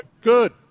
Good